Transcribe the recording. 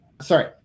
sorry